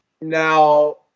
Now